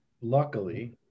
luckily